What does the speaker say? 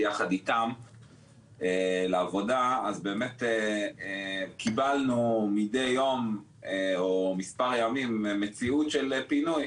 יחד איתם לעבודה אז באמת קיבלנו מדי יום או מספר ימים מציאות של פינוי,